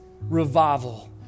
revival